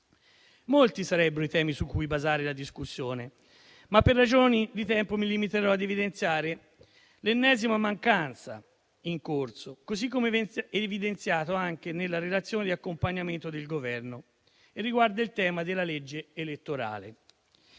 Molti sarebbero i temi su cui basare la discussione, ma per ragioni di tempo mi limiterò ad evidenziare l'ennesima mancanza, così come è evidenziato anche nella relazione di accompagnamento del Governo. Tale mancanza riguarda il tema della legge elettorale.